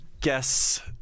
guess